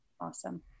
Awesome